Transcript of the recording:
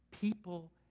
People